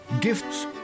gifts